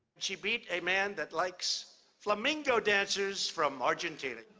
she beat a man that likes flamingo dancers from argentina.